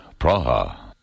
Praha